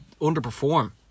underperform